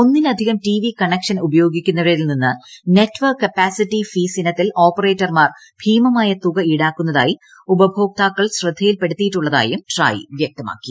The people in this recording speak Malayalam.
ഒന്നിലധികം ടിവി കണക്ഷൻ ഉപയോഗിക്കുന്നവരിൽ നിന്ന് നെറ്റ്വർക്ക് കപ്പാസിറ്റി ഫീസ് ഇനത്തിൽ ഓപ്പറേറ്റർമാർ ഭീമമായ തുക ഈടാക്കുന്നതായി ഉപഭോക്താക്കൾ ശ്രദ്ധയിൽപ്പെടുത്തിയിട്ടുള്ളതായും ട്രായ് വ്യക്തമാക്കി